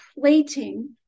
plating